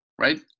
Right